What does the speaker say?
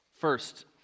First